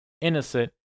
Innocent